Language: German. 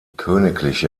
königliche